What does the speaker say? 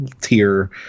tier